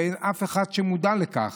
ואין אף אחד שמודע לכך,